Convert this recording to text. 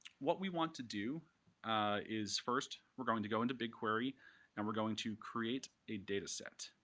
what we want to do is first, we're going to go into bigquery and we're going to create a data set.